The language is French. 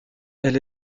elle